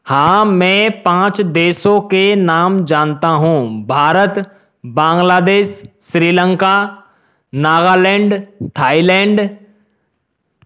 हाँ मैं पाँच देशों के नाम जानता हूँ भारत बांग्लादेश श्रीलंका नागालैंड थाईलैण्ड